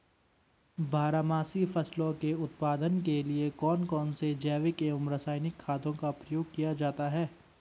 बारहमासी फसलों के उत्पादन के लिए कौन कौन से जैविक एवं रासायनिक खादों का प्रयोग किया जाता है?